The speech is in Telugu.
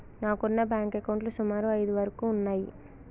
నాకున్న బ్యేంకు అకౌంట్లు సుమారు ఐదు వరకు ఉన్నయ్యి